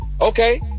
Okay